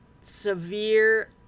severe